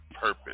Purpose